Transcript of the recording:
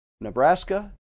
Nebraska